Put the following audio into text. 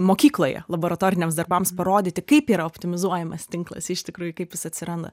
mokykloje laboratoriniams darbams parodyti kaip yra optimizuojamas tinklas iš tikrųjų kaip jis atsiranda